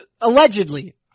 allegedly